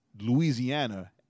Louisiana